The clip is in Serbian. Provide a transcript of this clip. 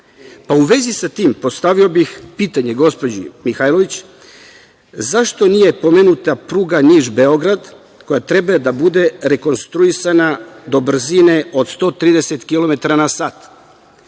vezi sa tim, postavio bih pitanje gospođi Mihajlović – zašto nije pomenuta pruga Niš – Beograd koja treba da bude rekonstruisan do brzine od 130 kilometara